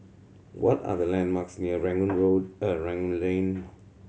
what are the landmarks near Rangoon Road Rangoon Lane